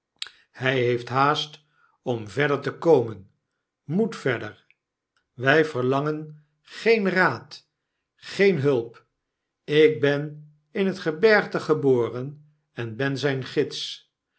hy heeft haast om verder te komen moet verder wy verlangen geen raad geen hulp ik ben in het geberte geboren en ben zyn gids